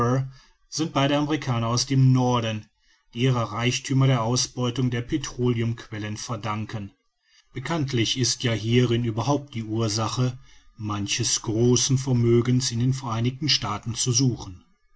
sind beide amerikaner aus dem norden die ihre reichthümer der ausbeutung der petroleumquellen verdanken bekanntlich ist ja hierin überhaupt die ursache manches großen vermögens in den vereinigten staaten zu suchen